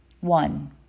One